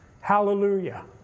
Hallelujah